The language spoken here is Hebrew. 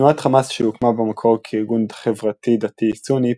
תנועת חמאש שהוקמה במקור כארגון חברתי־דתי סוני,